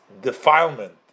defilement